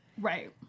Right